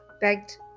begged